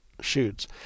shoots